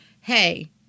Hey